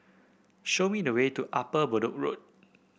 show me the way to Upper Bedok Road